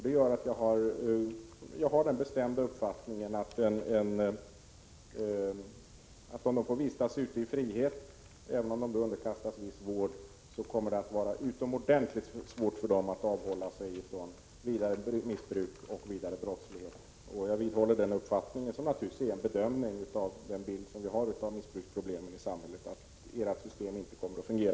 Det gör att jag har den bestämda uppfattningen att om de får vistas ute i frihet, även om de underkastas viss vård, kommer det att vara utomordentligt svårt för dem att avhålla sig från vidare missbruk och vidare brottslighet. Jag vidhåller den uppfattningen, som naturligtvis är en bedömning av den bild som vi har av missbruksproblemet i samhället, att ert system inte kommer att fungera.